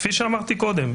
כפי שאמרתי קודם,